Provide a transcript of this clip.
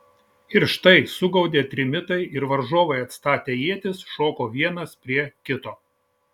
ir štai sugaudė trimitai ir varžovai atstatę ietis šoko vienas prie kito